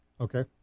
Okay